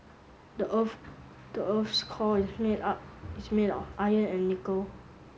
the earth the earth's core is made up is made of iron and nickel